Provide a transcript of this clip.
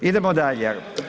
Idemo dalje.